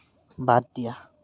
বাদ দিয়া